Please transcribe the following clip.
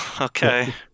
Okay